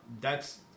thats